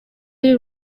y’u